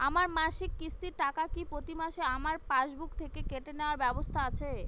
আমার মাসিক কিস্তির টাকা কি প্রতিমাসে আমার পাসবুক থেকে কেটে নেবার ব্যবস্থা আছে?